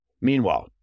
Meanwhile